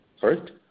First